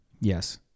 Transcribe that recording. Yes